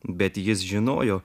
bet jis žinojo